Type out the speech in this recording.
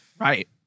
Right